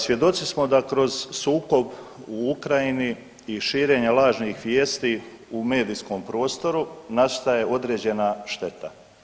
Svjedoci smo da kroz sukob u Ukrajini i širenja lažnih vijesti u medijskom prostoru … je određena šteta.